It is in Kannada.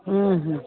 ಹ್ಞೂ ಹ್ಞೂ